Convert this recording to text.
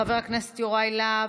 חבר הכנסת יוראי להב,